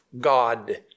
God